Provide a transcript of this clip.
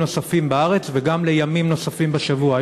נוספים בארץ וגם לימים נוספים בשבוע,